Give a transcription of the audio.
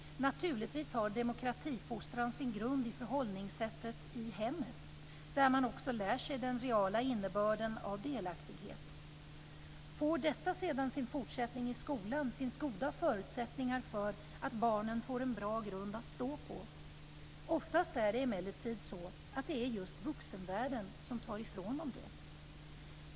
Naturligtvis har demokratifostran sin grund i förhållningssättet i hemmet, där man också lär sig den reala innebörden av delaktighet. Får detta sedan sin fortsättning i skolan finns goda förutsättningar för att barnen får en bra grund att stå på. Oftast är det emellertid så att det är just vuxenvärlden som tar ifrån dem det.